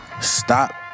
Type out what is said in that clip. Stop